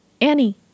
Annie